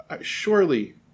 Surely